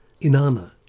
Inanna